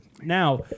Now